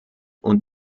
und